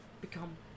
become